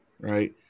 right